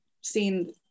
seen